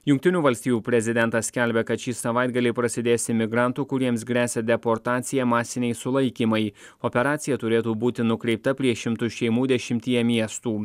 jungtinių valstijų prezidentas skelbia kad šį savaitgalį prasidės imigrantų kuriems gresia deportacija masiniai sulaikymai operacija turėtų būti nukreipta prieš šimtus šeimų dešimtyje miestų